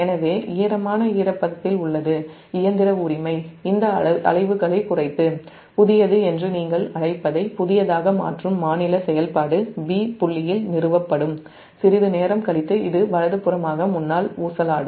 எனவே ஈரமான ஈரப்பதத்தில் உள்ளது இயந்திர உரிமை இந்த அலைவுகளை குறைத்து புதியது என்று நீங்கள் அழைப்பதை புதியதாக மாற்றும் மாநில செயல்பாடு 'b' புள்ளியில் நிறுவப்படும் சிறிது நேரம் கழித்து இது வலதுபுறமாக முன்னால் ஊசலாடும்